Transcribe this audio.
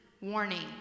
warning